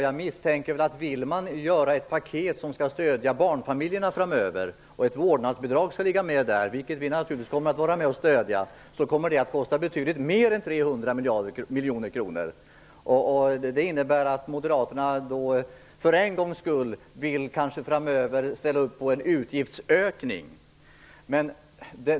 Jag misstänker att om man vill utforma ett paket för att stödja barnfamiljerna framöver och om det däri skall ligga med ett vårdnadsbidrag - vilket vi naturligtvis kommer att stödja - kommer det att kosta betydligt mer än 300 miljoner kronor. Det innebär att moderaterna framöver för en gångs skull kanske vill ställa sig bakom en utgiftsökning.